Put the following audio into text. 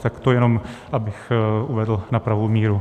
Tak to jenom abych to uvedl na pravou míru.